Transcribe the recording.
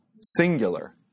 singular